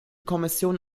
kommission